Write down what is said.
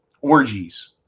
orgies